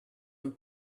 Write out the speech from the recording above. and